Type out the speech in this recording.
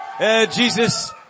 Jesus